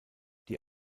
die